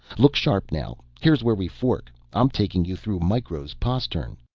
look sharp now. here's where we fork. i'm taking you through micro's postern.